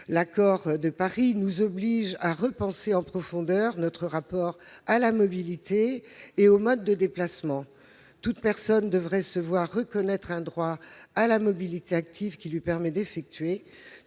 l'accord de Paris nous obligent à repenser en profondeur notre rapport à la mobilité et aux modes de déplacement. Toute personne devrait se voir reconnaître un droit à la mobilité active lui permettant d'effectuer